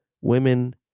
women